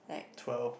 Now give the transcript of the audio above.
twelve